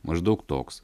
maždaug toks